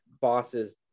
bosses